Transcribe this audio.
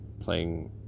playing